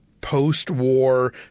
post-war